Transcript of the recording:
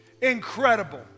Incredible